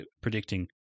predicting